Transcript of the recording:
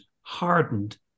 hardened